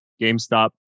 GameStop